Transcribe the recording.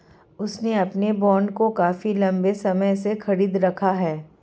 उसने अपने बॉन्ड को काफी लंबे समय से खरीद रखा है